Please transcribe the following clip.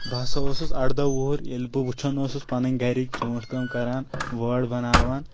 بہٕ ہَسا اوسُس اَرداہ وُہر ییٚلہِ بہٕ وٕچھان اوسُس پَنٕنۍ گَرِکۍ ژوٗنٛٹھۍ کٲم کَران وٲر بناوان